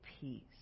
peace